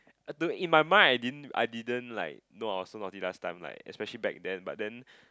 I don't in my mind I didn't I didn't like know I was so naughty last time like especially back then but then